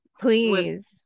please